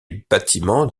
bâtiments